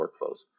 workflows